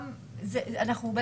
מה